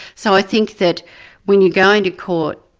so i think that when you go into court,